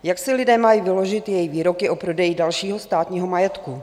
Jak si lidé mají vyložit její výroky o prodeji dalšího státního majetku?